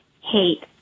hate